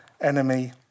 enemy